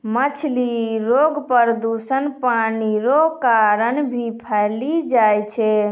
मछली रोग दूषित पानी रो कारण भी फैली जाय छै